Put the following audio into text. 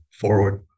forward